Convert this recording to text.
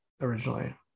originally